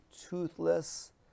toothless